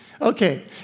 Okay